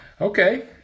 Okay